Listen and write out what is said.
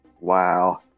Wow